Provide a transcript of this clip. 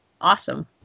Awesome